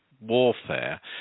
warfare